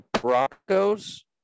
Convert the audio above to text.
Broncos